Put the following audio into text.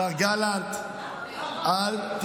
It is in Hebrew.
שר האסון, לא הביטחון הלאומי.